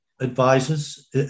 advisors